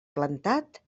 plantat